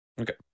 Okay